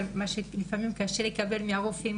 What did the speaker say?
מה שלפעמים קשה לקבל מהרופאים,